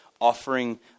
offering